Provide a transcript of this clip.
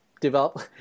develop